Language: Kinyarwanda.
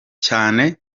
cyane